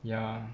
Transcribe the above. ya